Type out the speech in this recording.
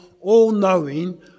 all-knowing